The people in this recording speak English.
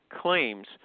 claims